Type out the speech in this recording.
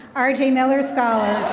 um rj miller scholar.